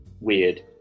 weird